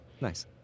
Nice